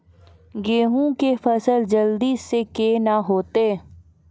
गेहूँ के फसल जल्दी से के ना होते?